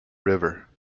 river